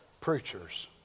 preachers